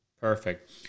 Perfect